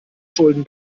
schulden